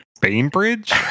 Bainbridge